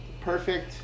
Perfect